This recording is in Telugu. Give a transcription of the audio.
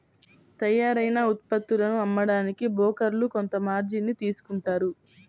తయ్యారైన ఉత్పత్తులను అమ్మడానికి బోకర్లు కొంత మార్జిన్ ని తీసుకుంటారు